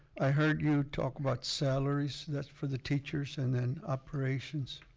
i heard you talk about salaries. that's for the teachers and then operations?